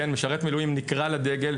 משרת מילואים נקרא לדגל,